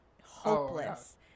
hopeless